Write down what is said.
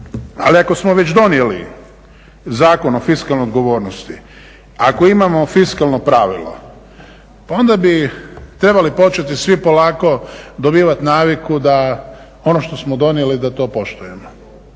Ali ako smo već donijeli Zakon o fiskalnoj odgovornosti, ako imamo fiskalno pravilo onda bi trebali početi svi polako dobivati naviku da ono što smo donijeli da to poštujemo.